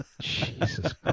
Jesus